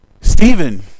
Stephen